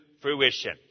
fruition